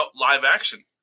live-action